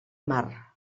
mar